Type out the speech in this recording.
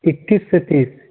اکیس سے تیس